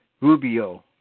Rubio